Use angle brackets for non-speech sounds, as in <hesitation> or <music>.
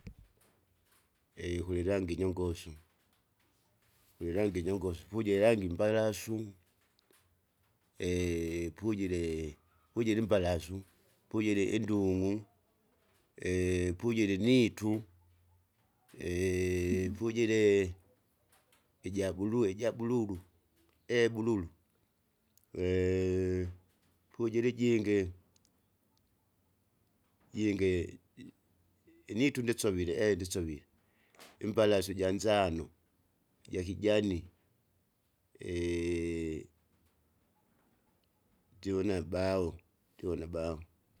<noise> <hesitation> kulirangi nyongosu, kulirangi nyongosu fuje irangi mbalasu, <hesitation> pujire pujire imbalasu, pujire indung'u, <hesitation> pujire initu, <hesitation> pujire ijabuluu ijabululu ebululu, <hesitation> pujile ijinge, jinge initu ndesovile eehe ndisovile, imbasasu ijanzano, jakijani, <hesitation> jivina baho ndivona baho.